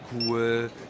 cool